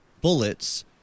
bullets